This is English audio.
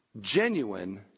Genuine